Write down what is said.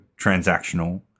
transactional